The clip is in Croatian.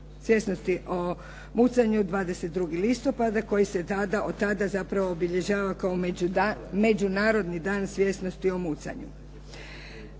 svjesnosti o mucanju 22. listopada koji se od tada zapravo obilježava kao Međunarodni dan svjesnosti o mucanju.